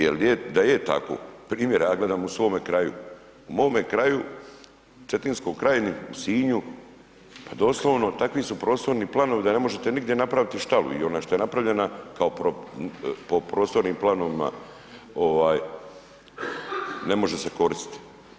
Jer da je tako, primjer, ja gledam u svome kraju, u mojem kraju, cetinskom kraju u Sinju, pa doslovno takvi su prostorni planovi da ne možete nigdje napraviti štalu i ona šta je napravljena po prostornim planovima ne može se koristiti.